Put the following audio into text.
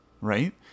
right